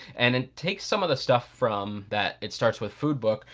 and it takes some of the stuff from that it starts with food book,